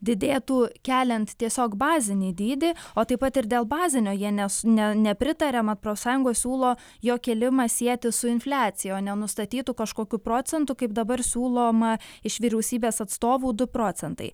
didėtų keliant tiesiog bazinį dydį o taip pat ir dėl bazinio jie nes ne nepritaria mat profsąjungos siūlo jo kėlimą sieti su infliacija o ne nustatytu kažkokiu procentu kaip dabar siūloma iš vyriausybės atstovų du procentai